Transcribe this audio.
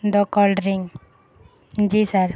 دو cold drink جی سر